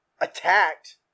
attacked